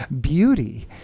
beauty